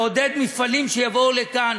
לעודד מפעלים שיבואו לכאן,